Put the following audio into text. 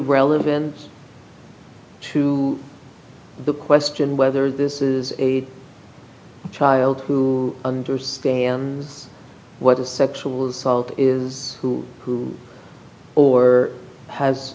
relevant to the question whether this is a child who understands what a sexual assault is who who or has